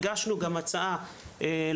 גם הגשנו הצעה פה,